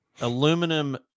aluminum